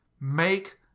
Make